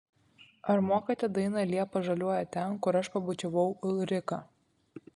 ar mokate dainą liepos žaliuoja ten kur aš pabučiavau ulriką